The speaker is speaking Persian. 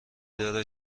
داره